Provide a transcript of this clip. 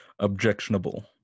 objectionable